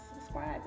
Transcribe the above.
subscribe